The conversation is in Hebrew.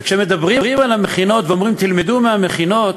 כשמדברים על המכינות ואומרים: תלמדו מהמכינות,